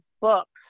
books